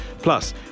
Plus